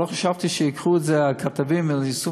אבל לא חשבתי שייקחו את זה הכתבים ויעשו